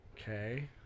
Okay